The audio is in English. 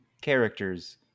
characters